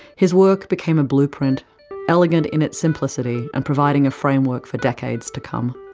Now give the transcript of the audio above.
his work became a blueprint elegant in its simplicity and providing a framework for decades to come.